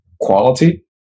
quality